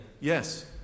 yes